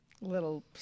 Little